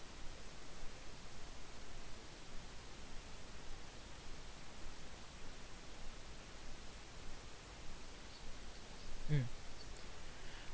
mm